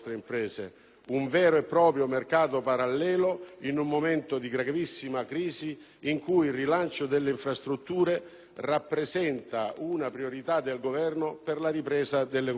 Un vero e proprio mercato parallelo in un momento di gravissima crisi in cui il rilancio delle infrastrutture rappresenta una priorità del Governo per la ripresa dell'economia.